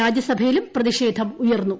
രാജ്യസഭയിലും പ്രതിഷേധം ഉയർന്നു